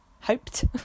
hoped